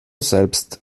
selbst